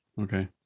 okay